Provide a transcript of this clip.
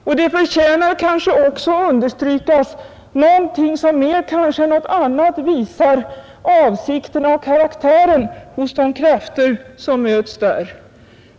Sedan förtjänar nog också någonting att understrykas, som kanske mer än något annat visar avsikterna och karaktären hos de krafter som möts.